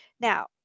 Now